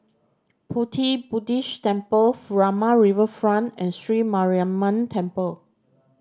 Pu Ti Buddhist Temple Furama Riverfront and Sri Mariamman Temple